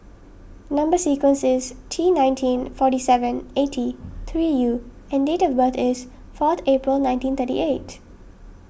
Number Sequence is T nineteen forty seven eighty three U and date of birth is fourth April nineteen thirty eight